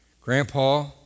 Grandpa